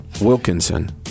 Wilkinson